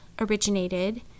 originated